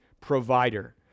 provider